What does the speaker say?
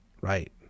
Right